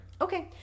Okay